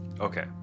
Okay